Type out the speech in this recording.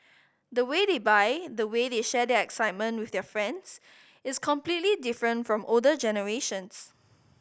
the way they buy the way they share their excitement with their friends is completely different from older generations